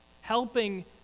helping